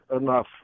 enough